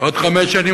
עוד חמש שנים,